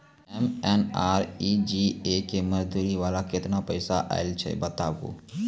MNREGA के मज़दूरी वाला केतना पैसा आयल छै बताबू?